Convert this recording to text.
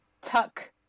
tuck